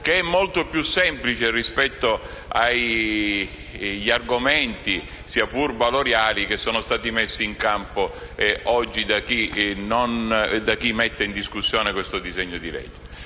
che è molto più semplice rispetto agli argomenti, sia pur valoriali, che sono stati esposti oggi da chi mette in discussione il provvedimento.